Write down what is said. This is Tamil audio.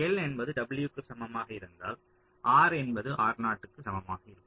எல் என்பது w க்கு சமமாக இருந்தால் R என்பது சமமாக இருக்கும்